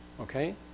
okay